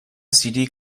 std